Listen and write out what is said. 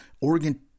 Oregon